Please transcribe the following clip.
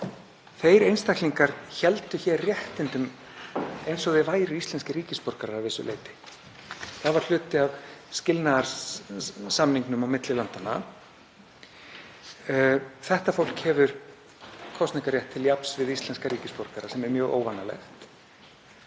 Þeir einstaklingar héldu hér réttindum eins og þeir væru íslenskir ríkisborgarar að vissu leyti. Það var hluti af skilnaðarsamningnum á milli landanna. Þetta fólk hefur kosningarrétt til jafns við íslenska ríkisborgara sem er mjög óvanalegt.